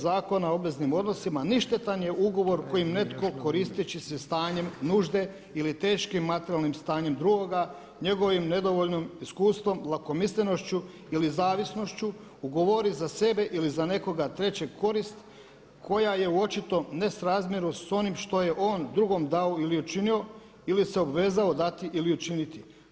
Zakona o obveznim odnosima „ništetan je ugovor kojim netko koristeći se stanjem nužde ili teškim materijalnim stanjem drugoga njegovim nedovoljnim iskustvom, lakomislenošću ili zavisnošću ugovori za sebe ili za nekoga trećeg korist koja je u očitom nesrazmjeru s onim što je on drugom dao ili učinio ili se obvezao dati ili učiniti.